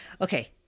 Okay